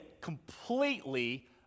completely